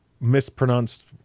mispronounced